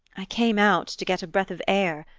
i came out to get a breath of air.